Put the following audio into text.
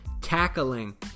tackling